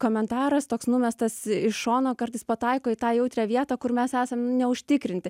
komentaras toks numestas iš šono kartais pataiko į tą jautrią vietą kur mes esam nu neužtikrinti